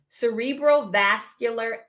cerebrovascular